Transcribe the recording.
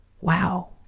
Wow